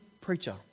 preacher